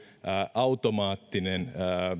automaattinen